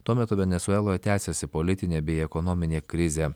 tuo metu venesueloje tęsiasi politinė bei ekonominė krizė